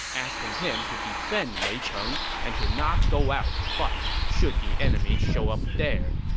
asking him to defend meicheng and to not go out to fight should the enemy show up there.